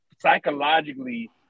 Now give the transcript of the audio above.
psychologically